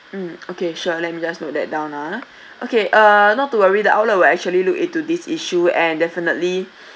mm okay sure let me just note that down ah okay uh not to worry the outlet will actually look into this issue and definitely